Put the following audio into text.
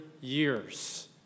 years